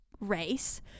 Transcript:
race